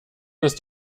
ist